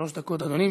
שלוש דקות, אדוני.